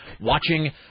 watching